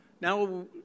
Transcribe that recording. now